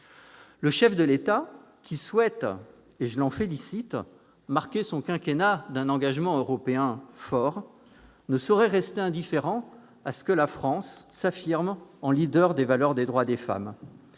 Le chef de l'État, qui souhaite- je l'en félicite -marquer son quinquennat d'un engagement européen fort, ne saurait rester indifférent à ce que la France s'affirme en leader des valeurs des droits des femmes.